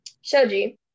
Shoji